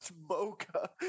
mocha